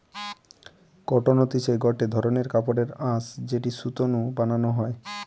cotton হতিছে গটে ধরণের কাপড়ের আঁশ যেটি সুতো নু বানানো হয়